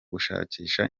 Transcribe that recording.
gushakisha